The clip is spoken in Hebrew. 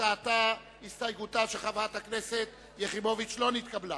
למעט השרים וחברי הכנסת, שזה מתפקידם כמובן.